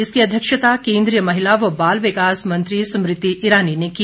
इसकी अध्यक्षता केंद्रीय महिला व बाल विकास मंत्री स्मृति ईरानी ने की